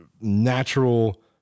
natural